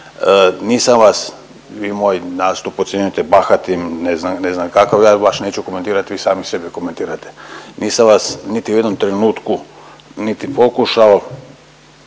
Nisam vas, vi moj nastup ocjenjujete bahatim, ne znam, ne znam kako, ja vaš neću komentirati, vi sami sebe komentirajte, nisam vas niti u jednom trenutku niti pokušao